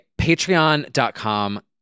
Patreon.com